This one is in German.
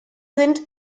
sind